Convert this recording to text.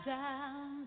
down